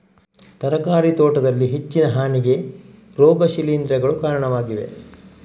ತರಕಾರಿ ತೋಟದಲ್ಲಿ ಹೆಚ್ಚಿನ ಹಾನಿಗೆ ರೋಗ ಶಿಲೀಂಧ್ರಗಳು ಕಾರಣವಾಗಿವೆ